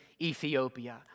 Ethiopia